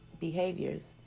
behaviors